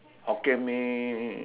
Hokkien Mee